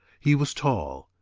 he was tall.